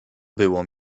było